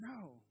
No